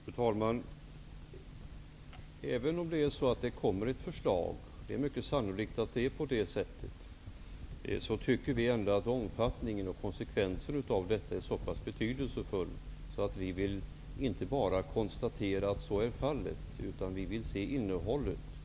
Fru talman! Även om det kommer ett förslag, och det är mycket sannolikt att det är så, tycker vi att omfattningen och konsekvensen av detta är så betydelsefull att vi inte bara vill konstatera detta. Vi vill se innehållet också.